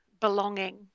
belonging